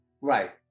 Right